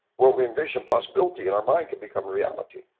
where we envision possibility in our mind could become reality.